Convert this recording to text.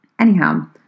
Anyhow